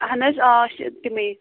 اَہن حظ آ أسۍ چھِ تِمے